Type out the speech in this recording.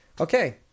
Okay